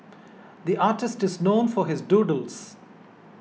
the artist is known for his doodles